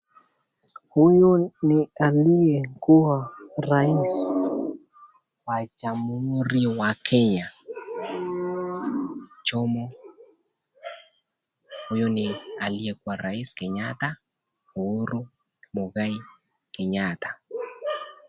Huyu ni aliye kuwa rais wa jamuhuri wa kenya. Jomo. Huyu ni aliye kuwa rais Kenyatta. Uhuru mwigai Kenyatta.